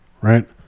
right